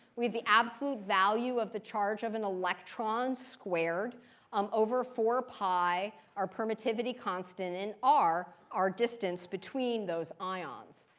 we have the absolute value of the charge of an electron squared um over four pi, our permittivity constant in r, our distance between those ions.